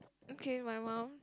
okay my mum